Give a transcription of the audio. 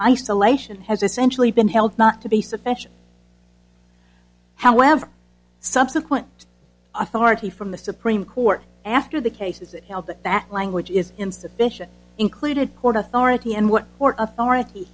isolation has essentially been held not to be sufficient however subsequent authority from the supreme court after the cases that language is insufficient included court authority and what port authority